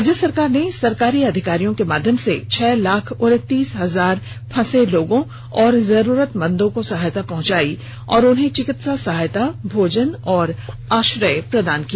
राज्य सरकार ने सरकारी अधिकारियों के माध्यम से छह लाख उनतीस हजार फंसे और जरूरतमंदों को सहायता पहुंचाई और उन्हें चिकित्सा सहायता भोजन और आश्रय प्रदान किया